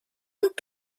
und